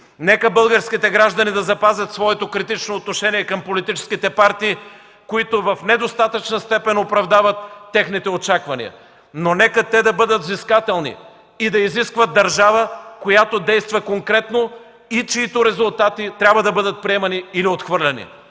Нека българските граждани да запазят своето критично отношение към политическите партии, които в недостатъчна степен оправдават техните очаквания, но нека бъдат взискателни и да изискват държава, която действа конкретно и чиито резултати трябва да бъдат приемани или отхвърляни,